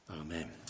Amen